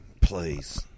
please